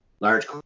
large